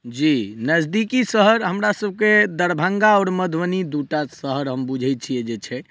जी नजदीकी शहर हमरा सभकेँ दरभङ्गा और मधुबनी दूटा शहर हम बुझै छियै जे छै